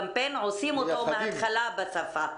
קמפיין עושים מההתחלה בשפה.